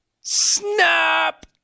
Snap